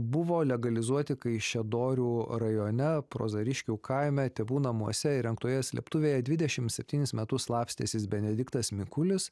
buvo legalizuoti kaišiadorių rajone prozariškių kaime tėvų namuose įrengtoje slėptuvėje dvidešimt septynis metus slapstęsis benediktas mikulis